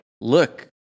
look